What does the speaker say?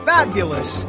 Fabulous